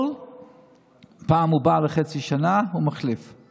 כל פעם הוא בא לחצי שנה, הוא מחליף;